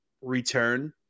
return